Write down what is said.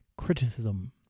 criticism